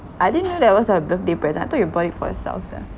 I didn't know that was a birthday present I thought you bought it for yourself eh